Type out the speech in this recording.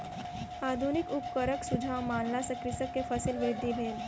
आधुनिक उपकरणक सुझाव मानला सॅ कृषक के फसील वृद्धि भेल